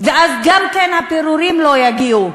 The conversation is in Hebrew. ואז גם הפירורים לא יגיעו,